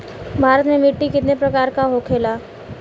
भारत में मिट्टी कितने प्रकार का होखे ला?